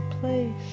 place